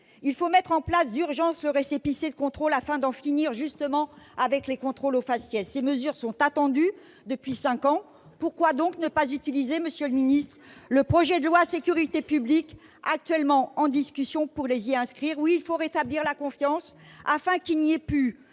de mettre en place d'urgence le récépissé de contrôle, afin d'en finir avec les contrôles au faciès. Ces mesures sont attendues depuis cinq ans. Pourquoi ne pas utiliser le projet de loi Sécurité publique actuellement en discussion pour les faire adopter ? Oui, il faut rétablir la confiance, afin qu'il n'y ait plus